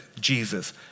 Jesus